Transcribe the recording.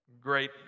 great